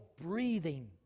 breathing